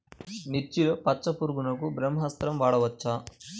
మిర్చిలో పచ్చ పురుగునకు బ్రహ్మాస్త్రం వాడవచ్చా?